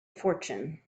fortune